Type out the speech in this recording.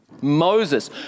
Moses